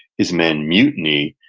his men mutiny,